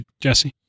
Jesse